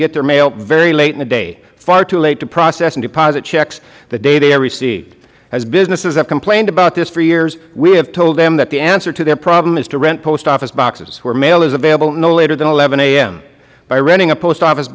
get their mail very late in the day far too late to process and deposit checks the day they are received as businesses have complained about this for years we have told them that the answer to their problem is to rent post office boxes where mail is available no later than eleven a m by renting a post office